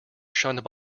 shunned